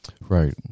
Right